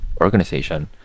organization